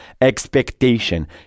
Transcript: expectation